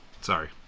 Sorry